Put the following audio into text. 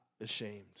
ashamed